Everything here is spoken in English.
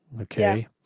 Okay